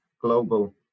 global